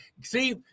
See